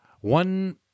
one